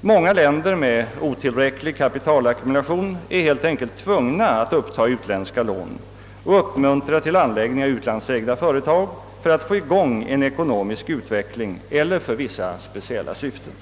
Många länder med otillräcklig kapitalackumulation är helt enkelt tvungna att uppta utländska lån och uppmuntra till anläggning av utlandsägda företag för att få i gång en ekonomisk utveckling eller för vissa speciella syften.